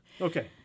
Okay